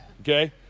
Okay